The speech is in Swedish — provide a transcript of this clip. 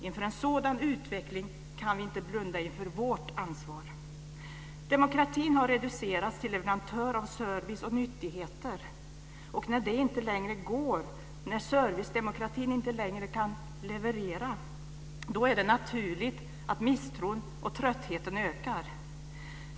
Inför en sådan utveckling kan vi inte blunda för vårt ansvar. Demokratin har reducerats till leverantör av service och nyttigheter. Och när det inte längre går, när servicedemokratin inte längre kan leverera, är det naturligt att misstron och tröttheten ökar.